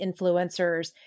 influencers